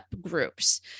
groups